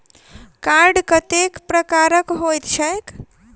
Card कतेक प्रकारक होइत छैक?